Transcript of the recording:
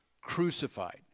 crucified